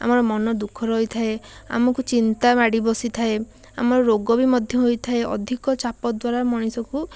ଆମର ମନ ଦୁଃଖ ରହିଥାଏ ଆମୁକୁ ଚିନ୍ତା ମାଡ଼ି ବସିଥାଏ ଆମର ରୋଗ ବି ମଧ୍ୟ ହୋଇଥାଏ ଅଧିକ ଚାପ ଦ୍ୱାରା ମଣିଷକୁ